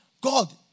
God